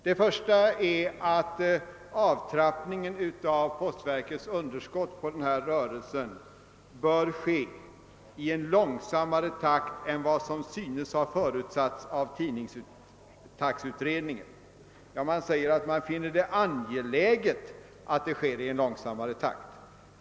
Det första är att avtrappningen av postverkets underskott på denna rörelse bör ske i en långsammare takt än vad som synes ha förutsatts av tidningstaxeutredningen. Man säger att man finner det angeläget att den sker i en långsammare takt.